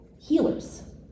healers